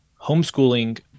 homeschooling